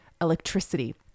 electricity